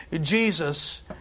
Jesus